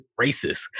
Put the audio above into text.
racist